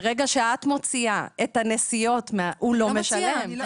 ברגע שאת מוציאה את הנסיעות הוא לא משלם.